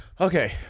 Okay